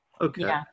okay